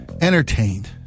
entertained